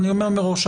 אני אומר מראש,